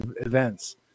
events